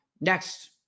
next